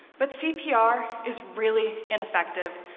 but cpr is really ineffective.